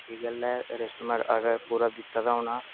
ठीक गल्ल ऐ कस्टमर आर्डर पूरा दित्ते दा होना